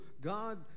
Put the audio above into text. God